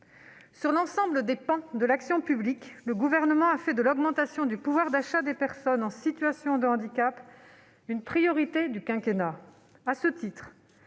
Sur l'ensemble des pans de l'action publique, le Gouvernement a fait de l'augmentation du pouvoir d'achat des personnes en situation de handicap une priorité du quinquennat.